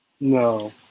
No